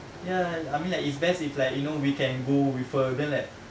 ya I mean like it's best if like you know we can go with her then like